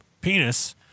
penis